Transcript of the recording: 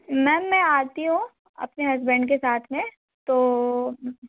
ma'am मैं आती हूँ अपने हसबैंड के साथ में तो